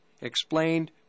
Explained